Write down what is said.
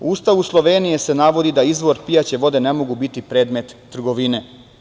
U Ustavu Slovenije se navodi da izvori pijaće vode ne mogu biti predmet trgovine.